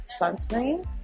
sunscreen